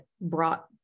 brought